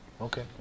Okay